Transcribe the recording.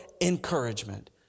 encouragement